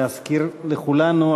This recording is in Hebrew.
להזכיר לכולנו,